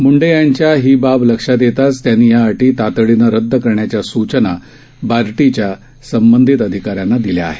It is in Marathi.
मूंडे यांच्या ही बाब लक्षात येताच त्यांनी या अटी तातडीनं रद्द करण्याच्या सूचना बार्टीच्या संबंधित अधिकाऱ्यांना दिल्या आहेत